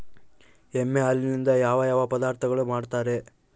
ಎಮ್ಮೆ ಹಾಲಿನಿಂದ ಯಾವ ಯಾವ ಪದಾರ್ಥಗಳು ಮಾಡ್ತಾರೆ?